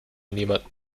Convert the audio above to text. niemandem